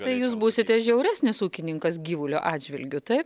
tai jūs būsite žiauresnis ūkininkas gyvulio atžvilgiu taip